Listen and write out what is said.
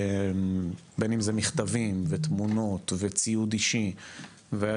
בין אם זה מכתבים ותמונות וציוד אישי והיה